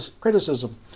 criticism